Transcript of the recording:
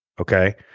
Okay